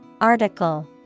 Article